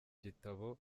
gitabo